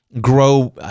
grow